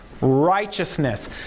righteousness